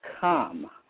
come